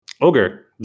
Ogre